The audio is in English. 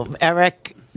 Eric